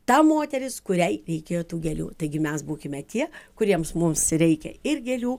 ta moteris kuriai reikėjo tų gėlių taigi mes būkime tie kuriems mums reikia ir gėlių